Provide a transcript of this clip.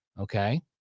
Okay